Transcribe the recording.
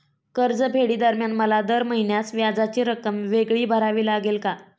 कर्जफेडीदरम्यान मला दर महिन्यास व्याजाची रक्कम वेगळी भरावी लागेल का?